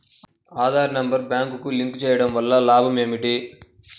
Aadhaar number బ్యాంక్నకు link చేయుటవల్ల లాభం ఏమిటి?